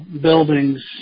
buildings